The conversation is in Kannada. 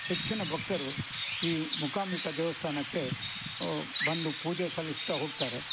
ಹೆಚ್ಚಿನ ಭಕ್ತರು ಈ ಮೂಕಾಂಬಿಕಾ ದೇವಸ್ಥಾನಕ್ಕೆ ಬಂದು ಪೂಜೆ ಸಲ್ಲಿಸ್ತಾ ಹೋಗ್ತಾರೆ